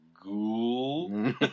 Ghoul